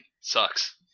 sucks